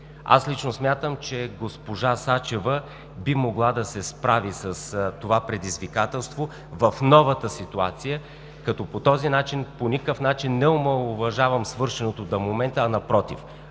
Аз лично смятам, че госпожа Сачева би могла да се справи с това предизвикателство в новата ситуация, като по никакъв начин не омаловажавам свършеното до момента, а напротив,